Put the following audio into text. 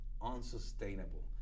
unsustainable